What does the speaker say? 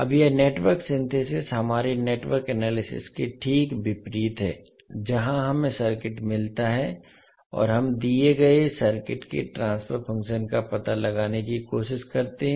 अब यह network synthesis हमारे नेटवर्क एनालिसिस के ठीक विपरीत है जहां हमें सर्किट मिलता है और हम दिए गए सर्किट के ट्रांसफर फंक्शन का पता लगाने की कोशिश करते हैं